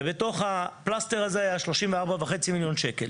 ובתוך הפלסטר הזה היה 34.5 מיליון שקל